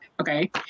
okay